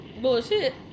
Bullshit